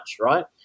right